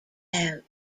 about